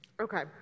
Okay